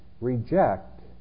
reject